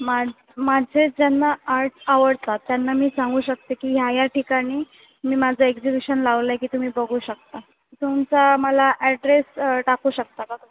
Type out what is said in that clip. माझ् माझे ज्यांना आर्टस् आवडतात त्यांना मी सांगू शकते की ह्या ह्या ठिकाणी मी माझं एक्झिबिशन लावलं आहे की तुम्ही बघू शकता तुमचा मला ॲड्रेस टाकू शकता का